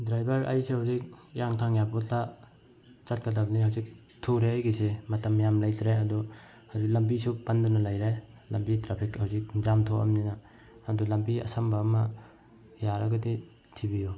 driver ꯑꯩꯁꯦ ꯍꯧꯖꯤꯛ ꯍꯤꯌꯥꯡꯊꯥꯡ ꯏꯌꯥꯔꯄꯣꯠꯇ ꯆꯠꯀꯗꯕꯅꯦ ꯍꯧꯖꯤꯛ ꯊꯨꯔꯦ ꯑꯩꯒꯤꯁꯦ ꯃꯇꯝ ꯌꯥꯝ ꯂꯩꯇ꯭ꯔꯦ ꯑꯗꯣ ꯑꯗꯨ ꯂꯝꯕꯤꯁꯨ ꯄꯟꯗꯅ ꯂꯩꯔꯦ ꯂꯝꯕꯤ ꯇ꯭ꯔꯥꯐꯤꯛ ꯍꯧꯖꯤꯛ ꯖꯥꯝ ꯊꯣꯛꯑꯝꯅꯤꯅ ꯑꯗꯨ ꯂꯝꯕꯤ ꯑꯁꯝꯕ ꯑꯃ ꯌꯥꯔꯒꯗꯤ ꯊꯤꯕꯤꯌꯨ